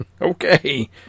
Okay